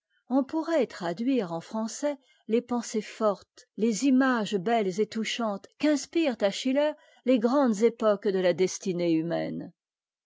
on pourrait traduire en français tes pensées fortes tes images belles et touchantes quinspirent à sehitter les grandes éppques de ta'destinée humaine